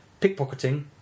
pickpocketing